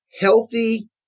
healthy